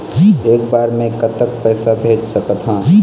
एक बार मे कतक पैसा भेज सकत हन?